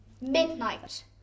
Midnight